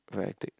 very hectic